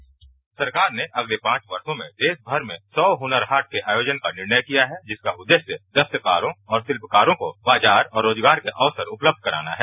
bite संवाददाता सरकार ने अगले पांच वर्षो में देशमर में सौ हनर हाट के आयोजन का निर्णय किया है जिसका उद्देश्य दस्तकारों और शिल्पकारों को बाजार और रोजगार के अवसर उपलब्ध कराना है